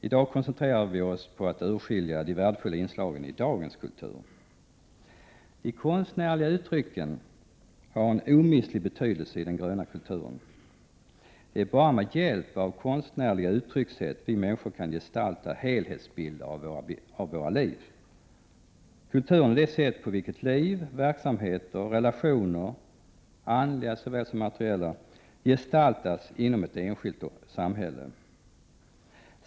I dag koncentrerar vi oss på att urskilja de värdefulla inslagen i dagens kultur. De konstnärliga uttrycken har en omistlig betydelse i den gröna kulturen. Det är bara med hjälp av konstnärliga uttryckssätt som vi människor kan gestalta helhetsbilder av våra liv. Kulturen är det sätt på vilket liv, verksamheter och relationer — såväl andliga som materiella — gestaltas inom ett enskilt samhälle.